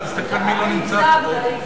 חדל לך, תסתכל מי לא נמצא פה.